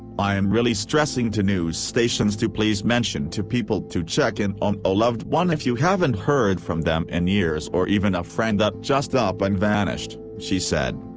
i'm really stressing to news stations to please mention to people to check in on a loved one if you haven't heard from them in years or even a friend that just up and vanished, she said.